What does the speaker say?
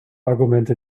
argumente